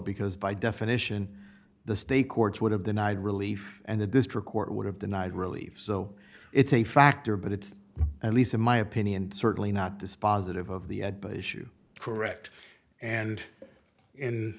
because by definition the state courts would have denied relief and the district court would have denied relief so it's a factor but it's at least in my opinion certainly not dispositive of the ed by issue correct and in